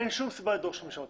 אין שום סיבה לדרוש חמישה עותקים.